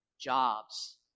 jobs